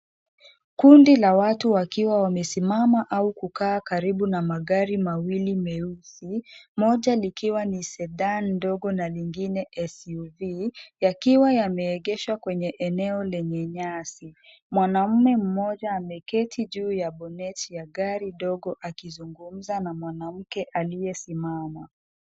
Kundi la watu wakiwa wamesimama au kukaa karibu na magari mawili meusi moja likiwa ni sedan ndogo la lingine SUV yakiwa yameegeshwa kwenye eneo lenye nyasi . Mwanaume mmoja ameketi juu ya bonnet [csya gari ndogo akizungumza na mwanamke aliyesimama.